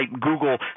Google